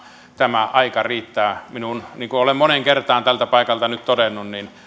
tämä aika riittää minulla niin kuin olen moneen kertaan tältä paikalta nyt todennut